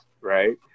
right